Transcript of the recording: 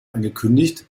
angekündigt